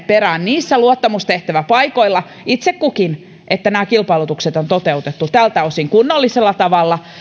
niillä luottamustehtäväpaikoilla itse kukin sen perään että nämä kilpailutukset on toteutettu tältä osin kunnollisella tavalla